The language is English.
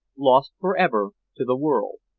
lost for ever to the world.